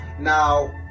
Now